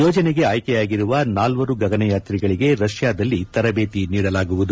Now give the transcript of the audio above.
ಯೋಜನೆಗೆ ಆಯ್ಕೆಯಾಗಿರುವ ನಾಲ್ವರು ಗಗನಯಾತ್ರಿಗಳಿಗೆ ರಷ್ಯಾದಲ್ಲಿ ತರಬೇತಿ ನೀಡಲಾಗುವುದು